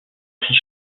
prix